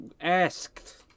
asked